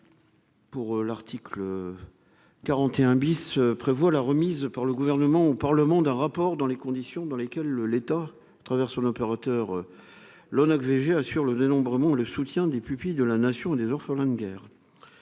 Pour l'article 41 bis prévoit la remise par le gouvernement au Parlement d'un rapport dans les conditions dans lesquelles l'État travers son opérateur l'ONAC VG assure le dénombrement, le soutien des pupilles de la nation des orphelins de guerre,